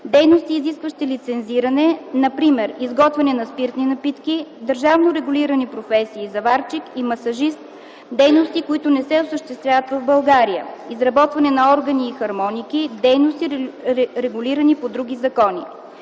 дейности, изискващи лицензиране, например изготвяне на спиртни напитки; държавно регулирани професии – заварчик и масажист; дейности, които не се осъществяват в България – изработване на органи и хармоники; дейности, регулирани по други закони.